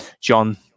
John